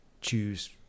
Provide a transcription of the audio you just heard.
choose